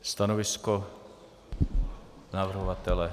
Stanovisko navrhovatele?